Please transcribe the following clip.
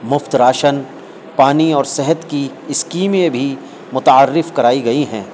مفت راشن پانی اور صحت کی اسکیمیں بھی متعارف کرائی گئی ہیں